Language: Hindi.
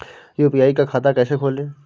यू.पी.आई का खाता कैसे खोलें?